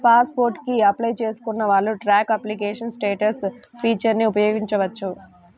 pass port కి apply చేసుకున్న వాళ్ళు ట్రాక్ అప్లికేషన్ స్టేటస్ ఫీచర్ని ఉపయోగించవచ్చు